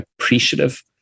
appreciative